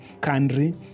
country